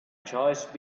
choice